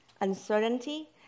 uncertainty